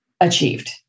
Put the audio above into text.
achieved